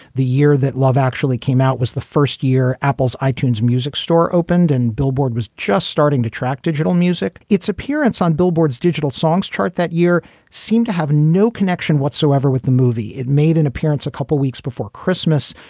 the year that love actually came out was the first year apple's i-tunes music store opened and billboard was just starting to track digital music, its appearance on billboard's digital songs chart. that year seemed to have no connection whatsoever with the movie. it made an appearance a couple weeks before christmas.